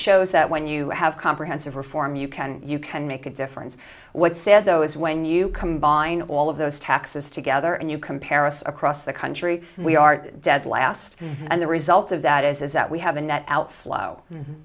shows that when you have comprehensive reform you can you can make a difference what sad though is when you combine all of those taxes together and you comparison across the country we are dead last and the result of that is that we have a net outflow